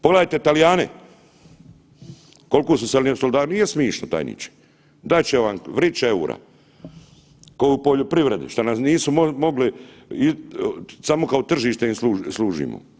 Pogledajte Talijane koliko su se … nije smišno tajniče, dat će vam vriće eura ko u poljoprivredi šta nam nisu mogli, samo kao tržište im služimo.